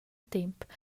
temp